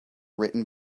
written